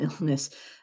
illness